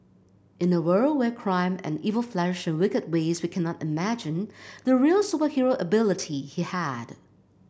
in a world where crime and evil flourished in wicked ways we cannot imagine the real superhero ability he had